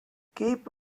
cape